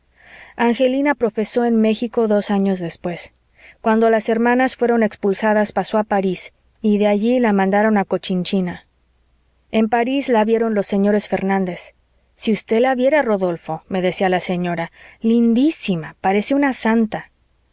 angelina profesó en méxico dos años después cuando las hermanas fueron expulsadas pasó a parís y de allí la mandaron a cochinchina en parís la vieron los señores fernández si usted la viera rodolfo me decía la señora lindísima parece una santa